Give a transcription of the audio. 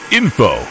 info